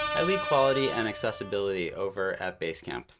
i lead quality and accessibility over at basecamp.